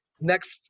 next